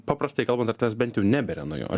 paprastai kalbant ar tavęs bent jau neberia nuo jo